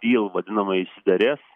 dyl vadinamąjį išsiderės